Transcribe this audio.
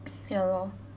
ya lor